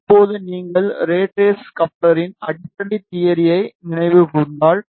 இப்போது நீங்கள் rat race கப்ளர்களின் அடிப்படைக் தியரியை நினைவு கூர்ந்தால்